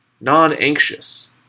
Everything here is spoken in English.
non-anxious